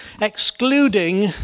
excluding